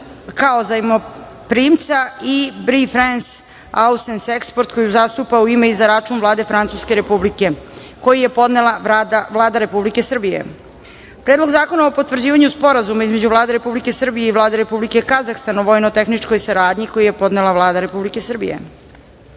kao Zajmoprimac i BPIFRANCE ASSURANCE EXPORT koji postupa u ime i za račun Vlade Francuske Republike, koji je podnela Vlada Republike Srbije;15. Predlog zakona o potvrđivanju Sporazuma između Vlade Republike Srbije i Vlade Republike Kazahstan o vojnotehničkoj saradnji, koji je podnela Vlada Republike Srbije;16.